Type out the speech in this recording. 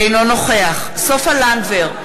אינו נוכח סופה לנדבר,